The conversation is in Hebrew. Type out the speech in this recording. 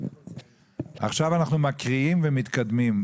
עכשיו אנחנו מקריאים ומתקדמים,